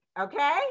okay